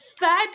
third